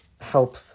help